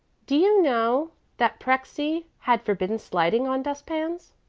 do you know that prexy had forbidden sliding on dust-pans?